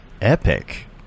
epic